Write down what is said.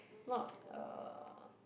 not uh